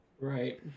Right